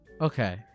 Okay